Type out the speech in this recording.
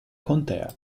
contea